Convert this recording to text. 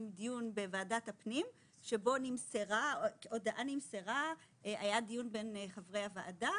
היה דיון בוועדת הפנים והתקיים דיון בין חברי הוועדה